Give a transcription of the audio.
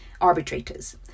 Arbitrators